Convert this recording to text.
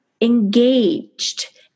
engaged